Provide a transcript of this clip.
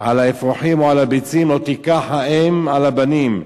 על האפרחים או על הביצים, לא תקח האם על הבנים.